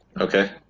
Okay